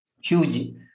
Huge